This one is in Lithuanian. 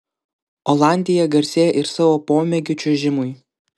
olandija garsėja ir savo pomėgiu čiuožimui